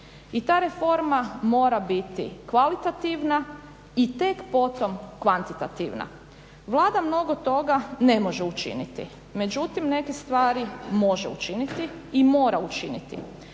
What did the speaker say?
i ta reforma mora biti kvalitativna i tek potom kvantitativna. Vlada mnogo toga ne može učiniti, međutim neke stvari može učiniti i mora učiniti